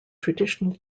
traditional